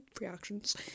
reactions